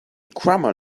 crumble